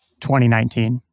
2019